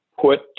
put